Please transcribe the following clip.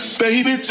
baby